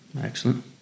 Excellent